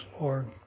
Lord